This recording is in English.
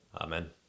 Amen